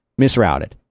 misrouted